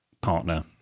partner